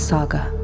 Saga